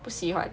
不喜欢